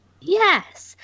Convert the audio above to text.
Yes